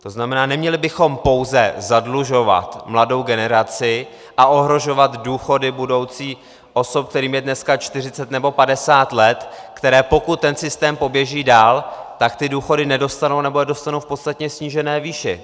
To znamená, že bychom neměli pouze zadlužovat mladou generaci a ohrožovat důchody budoucích osob, kterým je dneska čtyřicet nebo padesát let, které, pokud ten systém poběží dál, ty důchody nedostanou, nebo je dostanou v podstatně snížené výši.